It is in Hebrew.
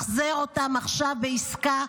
החזר אותם עכשיו בעסקה.